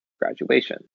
graduation